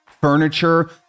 furniture